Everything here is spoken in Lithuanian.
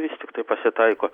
vis tiktai pasitaiko